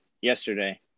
yesterday